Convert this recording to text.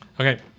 Okay